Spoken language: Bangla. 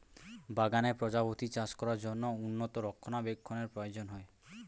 বাগানে প্রজাপতি চাষ করার জন্য উন্নত রক্ষণাবেক্ষণের প্রয়োজন হয়